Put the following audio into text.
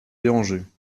déranger